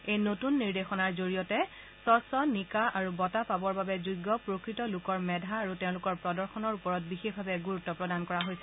এই নতুন নিৰ্দেশনাৰ জৰিয়তে স্ক্ছ নিকা আৰু বঁটা পাবৰ বাবে যোগ্য প্ৰকৃত লোকৰ মেধা আৰু তেওঁলোকৰ প্ৰদৰ্শনৰ ওপৰত বিশেষভাৱে গুৰুত্ব প্ৰদান কৰা হৈছে